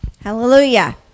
Hallelujah